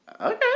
Okay